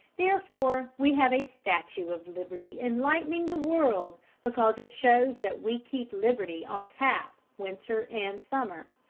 therefore we have a statue of liberty enlightening the world, because it shows that we keep liberty on tap winter and summer.